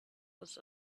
was